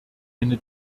eine